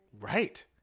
Right